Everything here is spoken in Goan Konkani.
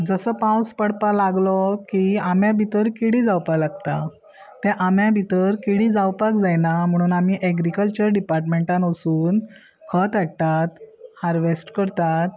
जसो पावस पडपा लागलो की आंब्या भितर किडी जावपा लागता ते आंब्या भितर किडी जावपाक जायना म्हुणून आमी एग्रीकल्चर डिपार्टमेंटान वसून खत हाडटात हार्वेस्ट करतात